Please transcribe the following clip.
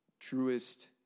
truest